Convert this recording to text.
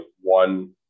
one